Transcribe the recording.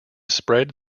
spread